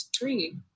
three